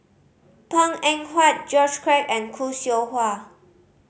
Png Eng Huat George Quek and Khoo Seow Hwa